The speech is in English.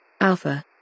Alpha